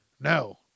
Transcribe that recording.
No